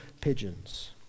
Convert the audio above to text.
pigeons